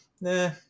Nah